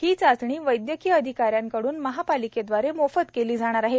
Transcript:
ही चाचणी वैद्यकीय अधिकाऱ्यांकडून महापालिकेद्वारे मोफत केली जाणार आहे